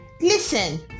listen